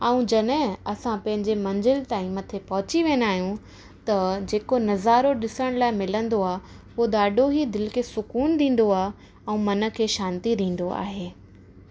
ऐं जॾहिं असां पंहिंजे मंज़िल ताईं मथे पहुची वेंदा आहियूं त जेको नज़ारो ॾिसण लाइ मिलंदो आहे उहो ॾाढो ई दिलि खे सुक़ून ॾींदो आहे ऐं मन खे शांती ॾिंदो आहे